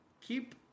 keep